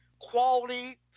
quality